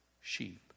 sheep